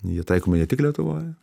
jie taikomi ne tik lietuvoj